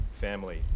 family